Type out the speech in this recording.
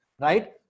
right